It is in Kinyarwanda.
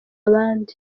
abandi